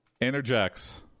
interjects